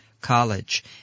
College